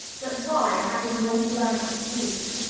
but why, having once learned to speak,